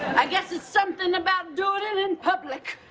i guess it's something about doing it in and public.